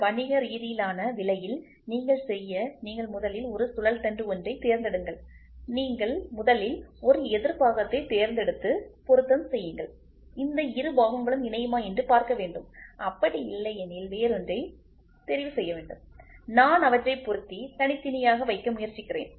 இந்த வணிகரீதியிலான விலையில் நீங்கள் செய்ய நீங்கள் முதலில் ஒரு சுழல் தண்டு ஒன்றைத் தேர்ந்தெடுங்கள் நீங்கள் முதலில் ஒரு எதிர் பாகத்தை தேர்ந்தெடுத்து பொருத்தம் செய்யுங்கள் இந்த இரு பாகங்களும் இணையுமா என்று பார்க்க வேண்டும் அப்படி இல்லை எனில் வேறோன்றை தெரிவு செய்ய வேண்டும் நான் அவற்றைக் பொருத்தி தனித்தனியாக வைக்க முயற்சிக்கிறேன்